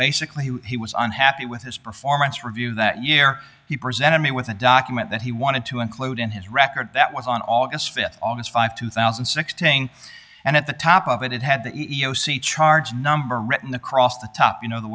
basically he was unhappy with his performance review that year he presented me with a document that he wanted to include in his record that was on august th august fifty two thousand and sixteen and at the top of it it had the e e o c charge number written across the top you know the